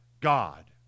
God